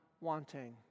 wanting